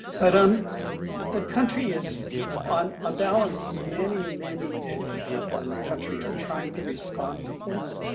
but um the country is on um balance, many, many, many people in the country are trying to respond to this.